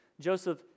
Joseph